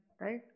right